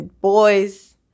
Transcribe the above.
boys